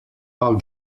pel